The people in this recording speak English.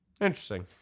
interesting